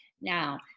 Now